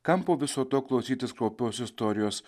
kam po viso to klausytis kraupios istorijos